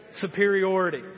Superiority